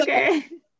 okay